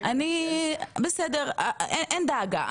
אין דאגה,